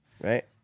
Right